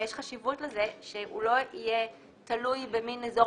ויש חשיבות לזה שהוא לא יהיה תלוי במעין איזור